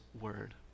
word